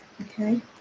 okay